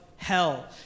Hell